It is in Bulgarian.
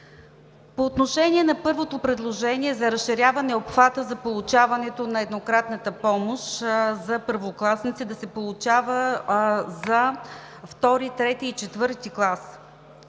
По отношение на първото предложение за разширяване обхвата за получаването на еднократната помощ за първокласници да се получава за II, III и IV клас.